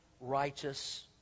righteous